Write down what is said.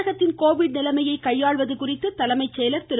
தமிழகத்தின் கோவிட் நிலைமையை கையாளுவது குறித்து தலைமைச் செயலாளர் திரு